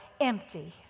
empty